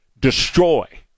destroy